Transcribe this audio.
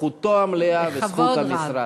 זכותו המלאה וזכות המשרד.